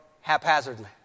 haphazardly